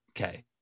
Okay